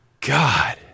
God